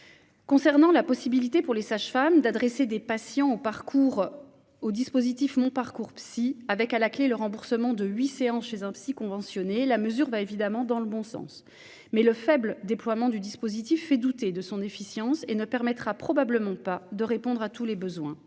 doutes. La possibilité pour les sages-femmes d'adresser des patients au dispositif MonParcoursPsy, avec à la clé le remboursement de huit séances chez un psychologue conventionné, va évidemment dans le bon sens. Mais le faible déploiement du dispositif fait douter de son efficience et ne permettra probablement pas de répondre à tous les besoins.